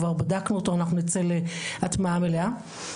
כבר בדקנו אותו ונצא להטמעה מלאה.